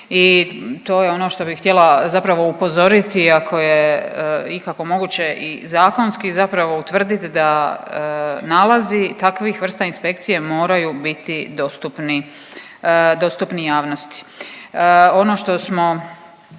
i to je ono što bih htjela zapravo upozoriti, ako je ikako moguće i zakonski zapravo utvrdit da nalazi takvih vrsta inspekcije moraju biti dostupni, dostupni javnosti. Ono što smo